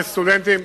יש סטודנטים